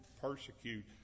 persecute